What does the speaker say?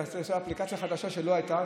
ולעשות אפליקציה חדשה שלא הייתה,